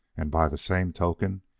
and by the same token,